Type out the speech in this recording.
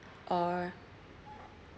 or